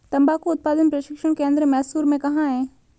तंबाकू उत्पादन प्रशिक्षण केंद्र मैसूर में कहाँ है?